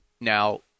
Now